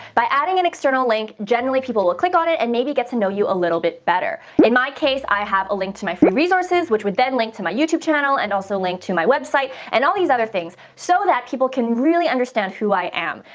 by adding an external link generally people will click on it and maybe get to know you a little bit better. in my case, i have a link to my free resources, which would then link to my youtube channel and also link to my website and all these other things so that people can really understand who i am.